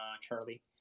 Charlie